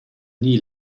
nie